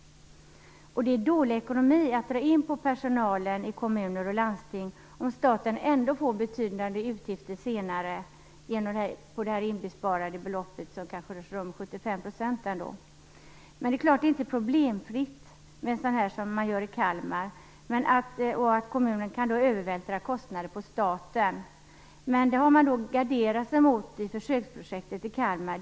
Det är dålig ekonomi att dra in på personalen i kommuner och landsting om staten senare ändå får betydande utgifter genom det insparade beloppet. Det kanske rör sig om 75 %. Det är klart att det inte är problemfritt att göra som man gjort i Kalmar. Kommunen kan övervältra kostnader på staten. Men det har man garderat sig mot i försöksprojektet i Kalmar.